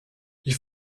ich